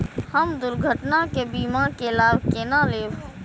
हम दुर्घटना के बीमा के लाभ केना लैब?